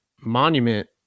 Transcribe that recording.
monument